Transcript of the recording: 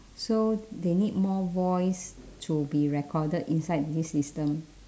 so they need more voice to be recorded inside this system